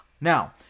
Now